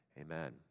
Amen